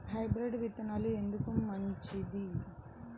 Hybrid విత్తనాలు ఎందుకు మంచిది?